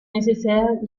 nécessaire